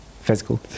physical